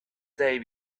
day